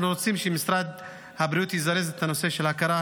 אנחנו רוצים שמשרד הבריאות יזרז את הנושא של ההכרה